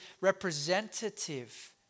representative